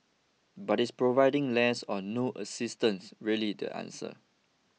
but this providing less or no assistance really the answer